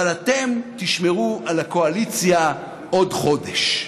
אבל אתם תשמרו על הקואליציה עוד חודש,